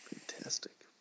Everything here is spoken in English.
Fantastic